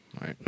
right